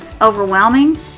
overwhelming